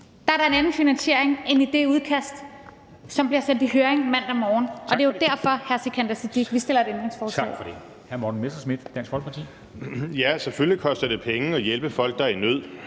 er der en anden finansiering end i det udkast, som bliver sendt i høring mandag morgen, og det er jo derfor, hr. Sikandar Siddique, vi stiller et ændringsforslag. Kl. 13:27 Formanden (Henrik Dam Kristensen): Tak for det.